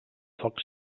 foc